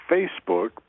Facebook